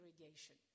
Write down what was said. irrigation